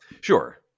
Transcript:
Sure